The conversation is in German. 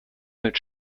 mit